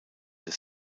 des